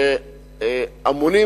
שאמונים,